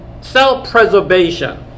self-preservation